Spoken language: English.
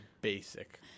basic